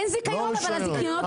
אין זיכיון, הזיכיונות נגמרו.